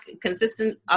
consistent